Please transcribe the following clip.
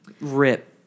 Rip